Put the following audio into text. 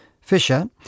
Fisher